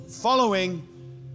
Following